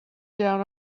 down